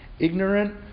ignorant